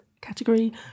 category